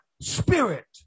Spirit